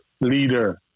leader